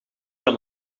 kan